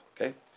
Okay